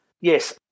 yes